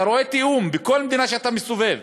אתה רואה תיאום בכל מדינה שאתה מסתובב,